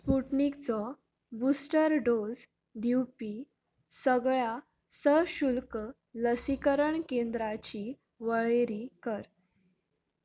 स्पुटनिकचो booster dose दिवपी सगळ्या सशुल्क लसीकरण केंद्रांची वळेरी कर